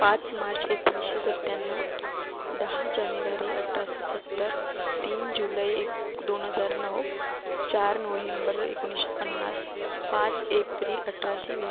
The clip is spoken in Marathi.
पाच मार्च एकोणिसशे सत्त्याण्णव दहा जानेवारी अठराशे सत्तर तीन जुलै एक दोन हजार नऊ चार नोहेंबर एकोणिसशे पन्नास पाच एप्रिल अठराशे वीस